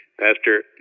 Pastor